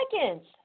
seconds